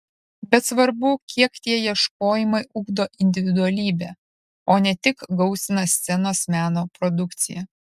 bet svarbu kiek tie ieškojimai ugdo individualybę o ne tik gausina scenos meno produkciją